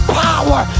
power